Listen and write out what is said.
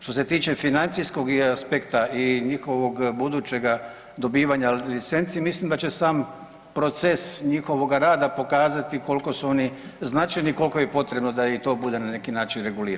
Što se tiče financijskog aspekta i njihovog budućega dobivanja licenci, mislim da će sam proces njihovoga rada pokazati koliko su oni značajni, koliko je potrebno da i to bude na neki način regulirano.